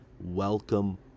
welcome